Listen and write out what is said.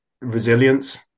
resilience